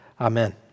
Amen